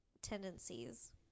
tendencies